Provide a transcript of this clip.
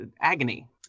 Agony